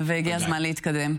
הגירעון שמרקיע שחקים,